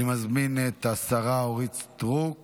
אני מזמין את השרה אורית סטרוק